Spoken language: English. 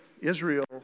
Israel